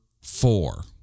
four